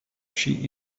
she